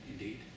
indeed